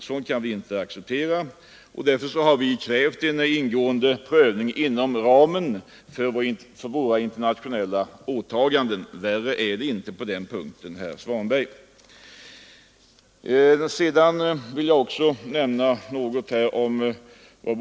Sådant kan vi inte acceptera, och därför har vi krävt en ingående prövning inom ramen för våra internationella åtaganden. Värre är det inte på den punkten, herr Svanberg. Det är väldigt skönt när bröder kan sämjas.